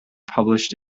published